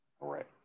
Right